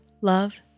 love